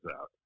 out